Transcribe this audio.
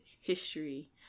history